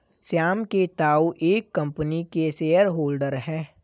श्याम के ताऊ एक कम्पनी के शेयर होल्डर हैं